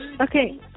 Okay